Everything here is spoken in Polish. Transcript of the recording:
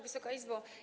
Wysoka Izbo!